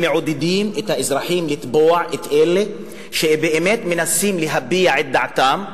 הם מעודדים את האזרחים לתבוע את אלה שבאמת מנסים להביע את דעתם,